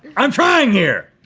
i'm trying here!